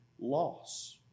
loss